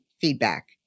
feedback